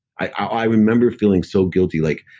i remember feeling so guilty. like,